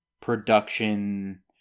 production